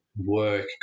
work